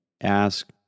ask